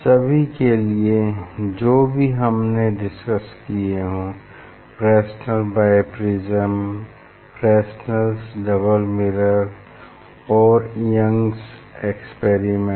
सभी के लिए जो भी हमने डिसकस किये हों Fresnel biprism Fresnel's double mirror और यंग स एक्सपेरिमेंट